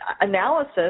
analysis